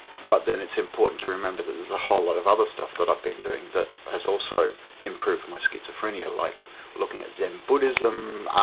but then it's important to remember that there is a whole lot of other stuff that i've been doing that has also improved my schizophrenia, like looking at zen buddhism,